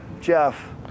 Jeff